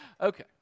okay